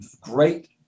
great